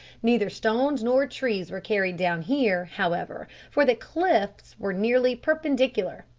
neither stones nor trees were carried down here, however, for the cliffs were nearly perpendicular,